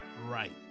Right